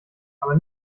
aber